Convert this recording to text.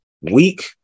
week